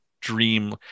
dream